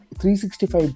365